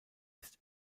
ist